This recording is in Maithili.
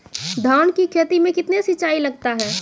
धान की खेती मे कितने सिंचाई लगता है?